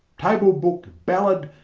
table-book, ballad,